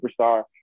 superstar